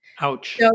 Ouch